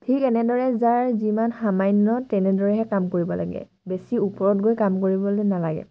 ঠিক এনেদৰে যাৰ যিমান সামান্য তেনেদৰেহে কাম কৰিব লাগে বেছি ওপৰত গৈ কাম কৰিবলৈ নালাগে